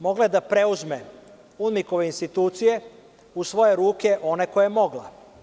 Mogla je da preuzme UNMIK institucije u svoje ruke, one koje je mogla.